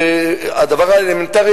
הדבר האלמנטרי,